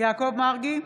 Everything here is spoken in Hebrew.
יעקב מרגי,